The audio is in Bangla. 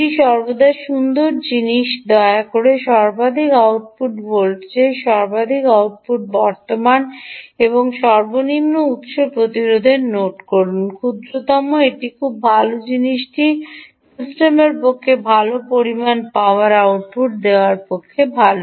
এটি সর্বদা সুন্দর জিনিস দয়া করে সর্বাধিক আউটপুট ভোল্টেজ সর্বাধিক আউটপুট বর্তমান এবং সর্বনিম্ন উত্স প্রতিরোধের নোট করুন ক্ষুদ্রতম এটি খুব ভাল জিনিসটি সিস্টেমের পক্ষে ভাল পরিমাণ পাওয়ার আউটপুট দেওয়ার পক্ষে ভাল